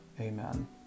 Amen